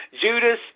Judas